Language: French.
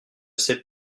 sait